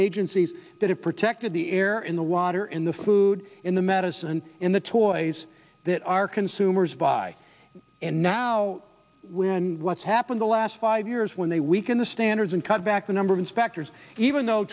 agencies that have protected the air in the water in the food in the medicine in the toys that our consumers buy and now when what's happened the last five years when they weaken the standards and cut back the number of inspectors even though